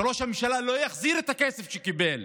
שראש הממשלה לא יחזיר את הכסף שהוא קיבל.